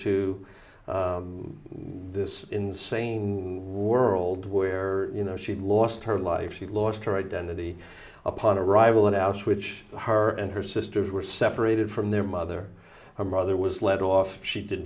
to this insane world where you know she lost her life she lost her identity upon arrival and hours which her and her sisters were separated from their mother her mother was let off she did